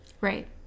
Right